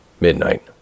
Midnight